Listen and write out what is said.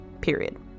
period